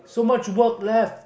so much work left